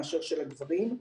משל הגברים.